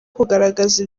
kugaragaza